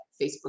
Facebook